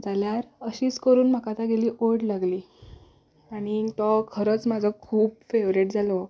जाल्यार अशीच करून म्हाका ताची ओड लागली आनी तो खरोच म्हजो खूब फेवरेट जालो